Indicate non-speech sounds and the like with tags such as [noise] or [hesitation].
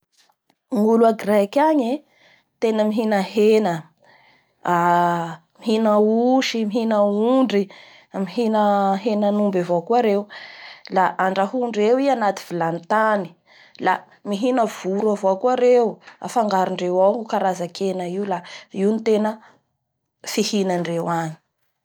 Ny olo a Greky agny ee, tena mihina hena [hesitation] mihina osy, mihina ondry, mihina henan'omby avao koa reo [noise] La andrahoandreo i, anaty vilany tany; la mihina voro avao koa reo, afangarondreo ao ny karazankena io, la io no tena fihinandreo agny.